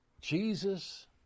Jesus